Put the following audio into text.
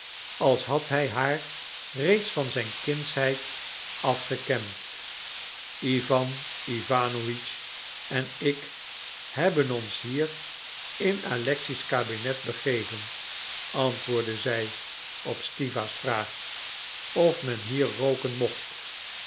als had hij haar reeds van zijn kindsheid af gekend iwan iwanowitsch en ik hebben ons hier in alexei's kabinet begeven antwoordde zij op stiwa's vraag of men hier rooken mocht